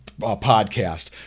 podcast